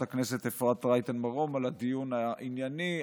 הכנסת אפרת רייטן מרום על הדיון הענייני,